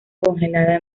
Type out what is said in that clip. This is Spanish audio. congelada